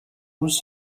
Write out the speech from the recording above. روز